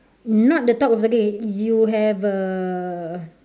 not the top of the you have a